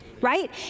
right